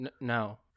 no